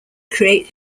create